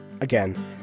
Again